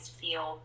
feel